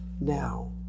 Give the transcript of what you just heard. now